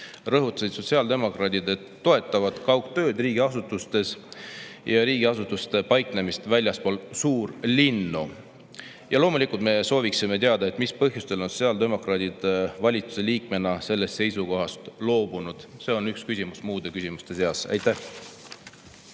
rõhutasid sotsiaaldemokraadid, et toetavad kaugtööd riigiasutustes ja riigiasutuste paiknemist väljaspool suurlinnu. Ja loomulikult me sooviksime teada, mis põhjustel on sotsiaaldemokraadid valitsuse liikmena sellest seisukohast loobunud. See on üks küsimus muude küsimuste seas. Aitäh!